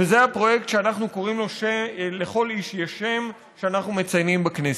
וזה הפרויקט שאנחנו קוראים לו "לכל איש יש שם" שאנחנו מציינים בכנסת.